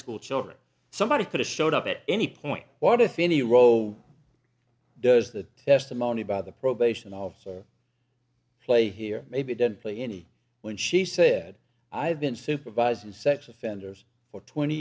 school children somebody could have showed up at any point what if any row does the testimony by the probation officer play here maybe didn't play any when she said i've been supervising such offenders for twenty